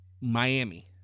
Miami